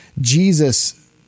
Jesus